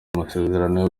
amasezerano